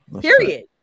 period